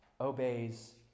obeys